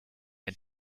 ein